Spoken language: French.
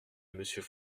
monsieur